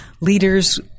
leaders